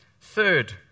Third